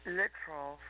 literal